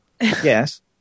Yes